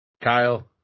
Kyle